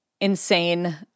insane